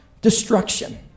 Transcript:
destruction